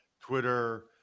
Twitter